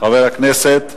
חבר הכנסת